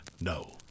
no